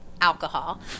alcohol